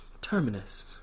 Terminus